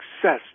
success